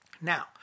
Now